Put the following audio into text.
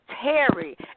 Terry